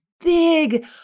big